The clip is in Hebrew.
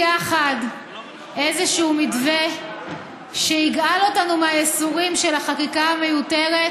איזשהו מתווה שיגאל אותנו מהייסורים של החקיקה המיותרת